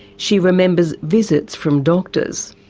she remembers visits from doctors.